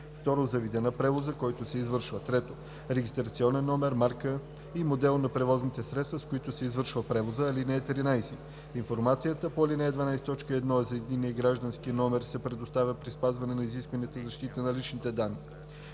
2. за вида на превоза, който се извършва; 3. регистрационен номер, марка и модел на превозните средства, с които се извършва превозът. (13) Информацията по ал. 12, т. 1 за единния граждански номер се предоставя при спазване на изискванията за защита на личните данни.